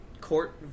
court